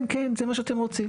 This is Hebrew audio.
כן, כן, זה מה שאתם רוצים.